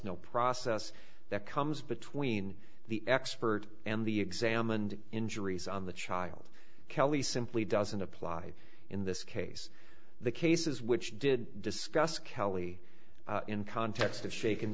device no process that comes between the expert and the examined injuries on the child kelly simply doesn't apply in this case the cases which did discuss kelly in context of shaken